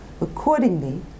Accordingly